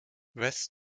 west